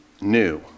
new